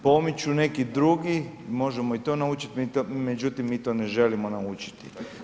Pomiču neki drugi, možemo i to naučiti, međutim, mi to ne želimo naučiti.